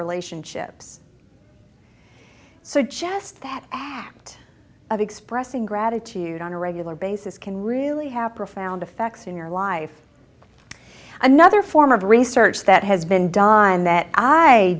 relationships so just that it of expressing gratitude on a regular basis can really have profound effects in your life another form of research that has been done that i